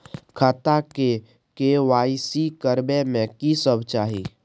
खाता के के.वाई.सी करबै में की सब चाही?